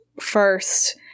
first